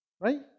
right